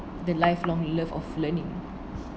the lifelong love of learning